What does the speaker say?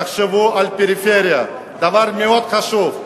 תחשבו על הפריפריה, דבר מאוד חשוב.